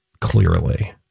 Clearly